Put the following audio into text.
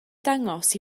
dangos